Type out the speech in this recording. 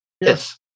Yes